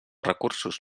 recursos